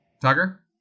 Tucker